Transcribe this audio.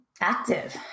active